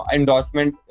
endorsement